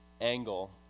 angle